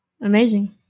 amazing